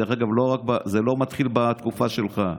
דרך אגב, זה לא מתחיל בתקופה שלך,